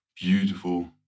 beautiful